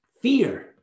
fear